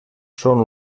són